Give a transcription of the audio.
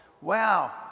Wow